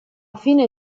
fine